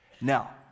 Now